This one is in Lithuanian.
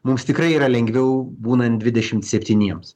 mums tikrai yra lengviau būnant dvidešim septyniems